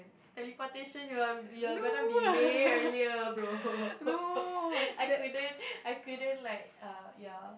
teleportation you are you are gonna be way earlier bro I couldn't I couldn't like err ya